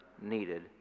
needed